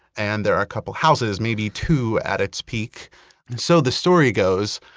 and there are a couple of houses, maybe two at its peak. and so the story goes,